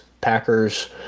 Packers